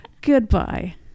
goodbye